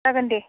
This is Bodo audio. जागोन दे